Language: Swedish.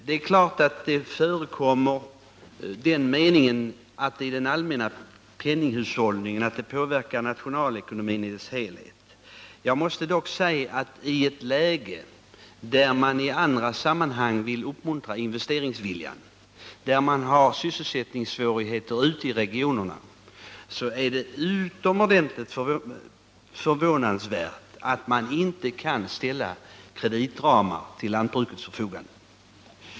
Det är klart att den uppfattningen förekommer att dylika ramar påverkar nationalekonomin i dess helhet, men i ett läge där man på andra områden vill uppmuntra investeringsviljan och där man har sysselsättningssvårigheter ute i regionerna är det utomordentligt förvånansvärt att man inte kan ställa kreditramar till lantbrukets förfogande.